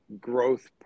growth